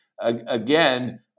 again